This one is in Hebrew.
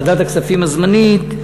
ועדת הכספים הזמנית,